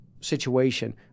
situation